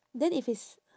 then if it's